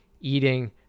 eating